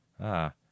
Ah